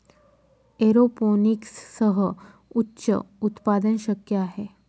एरोपोनिक्ससह उच्च उत्पादन शक्य आहे